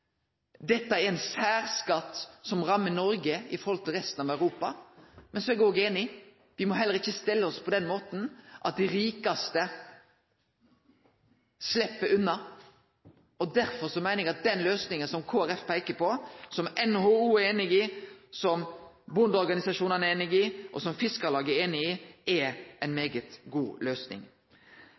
Dette er ein særskatt som rammar Noreg i forhold til resten av Europa. Men eg er òg einig i at me må heller ikkje stelle oss på den måten at dei rikaste slepp unna. Derfor meiner eg at den løysinga som Kristeleg Folkeparti peiker på, som NHO er einig i, som bondeorganisasjonane er einige i, og som Fiskarlaget er einig i, er ei veldig god løysing.